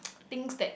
things that